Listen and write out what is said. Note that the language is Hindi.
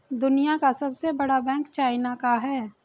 दुनिया का सबसे बड़ा बैंक चाइना का है